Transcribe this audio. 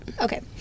Okay